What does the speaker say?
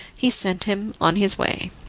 he sent him on his way.